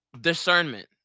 discernment